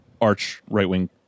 arch-right-wing